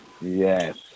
Yes